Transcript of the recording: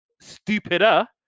stupider